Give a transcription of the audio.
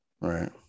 Right